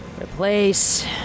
Replace